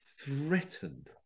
threatened